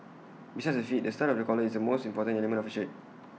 besides the fit the style of the collar is the most important element of A shirt